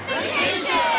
Vacation